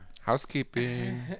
housekeeping